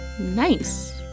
nice